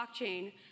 blockchain